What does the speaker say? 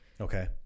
okay